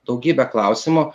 daugybę klausimų